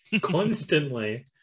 constantly